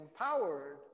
empowered